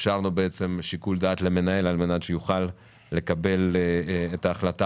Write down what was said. אפשרנו שיקול דעת למנהל על מנת שיוכל לקבל את ההחלטה